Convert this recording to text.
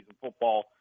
football